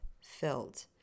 filled